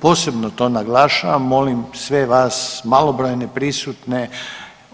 Posebno to naglašavam, molim sve vas malobrojne prisutne